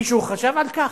מישהו חשב על כך?